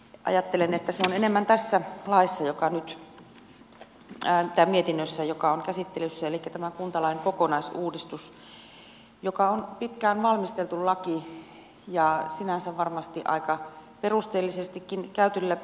ajattelen että se on enemmän tässä mietinnössä joka on käsittelyssä elikkä tämä kuntalain kokonaisuudistus joka on pitkään valmisteltu laki ja on sinänsä varmasti aika perusteellisestikin käyty läpi